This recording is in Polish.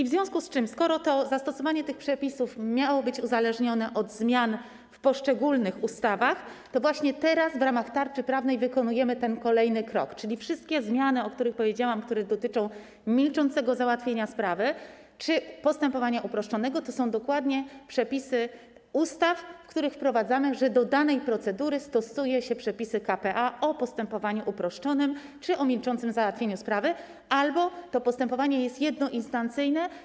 W związku z tym, skoro zastosowanie tych przepisów miało być uzależnione od zmian w poszczególnych ustawach, to właśnie teraz w ramach tarczy prawnej wykonujemy ten kolejny krok, czyli wszystkie zmiany, o których powiedziałam, które dotyczą milczącego załatwienia sprawy czy postępowania uproszczonego, to są dokładnie przepisy ustaw, które wprowadzamy, mówiące, że do danej procedury stosuje się przepisy k.p.a. o postępowaniu uproszczonym czy o milczącym załatwieniu sprawy albo że to postępowanie jest jednoinstancyjne.